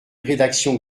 rédaction